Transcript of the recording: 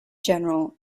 general